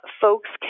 folks